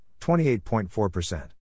28.4%